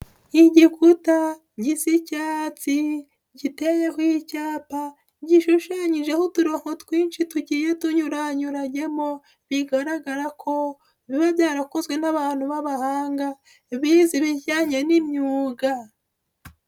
Igikuta gisa icyatsi, giteho icyapa gishushanyijeho uturongo twinshi tugiye tunyuranyuranyemo, bigaragara ko biba byarakozwe n'abantu b'abahanga, bize ibijyanye n'imyuga.